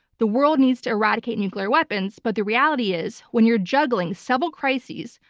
the world needs to eradicate nuclear weapons but the reality is when you're juggling several crises,